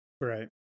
Right